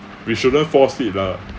we shouldn't force it lah